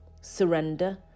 surrender